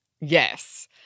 yes